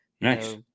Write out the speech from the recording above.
nice